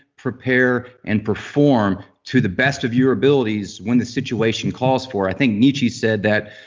prepare and perform to the best of your abilities when the situation calls for i think nietzsche said that,